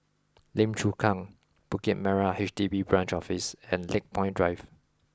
Lim Chu Kang Bukit Merah H D B Branch Office and Lakepoint Drive